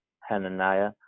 Hananiah